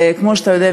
כמו שאתה יודע,